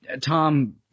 Tom